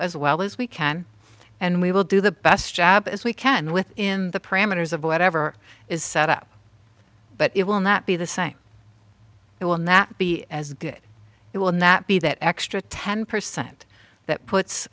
as well as we can and we will do the best job as we can within the parameters of whatever is set up but it will not be the same it will not be as good it will not be that extra ten percent that puts